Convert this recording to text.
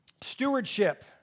stewardship